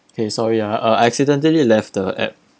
kay sorry ah uh I accidentally left the app